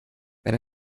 wenn